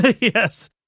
Yes